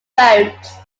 boats